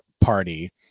Party